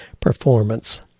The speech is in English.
performance